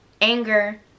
anger